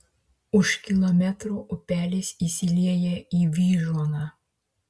už kilometro upelis įsilieja į vyžuoną